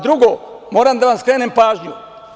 Drugo, moram da vam skrenem pažnju.